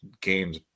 games